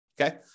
Okay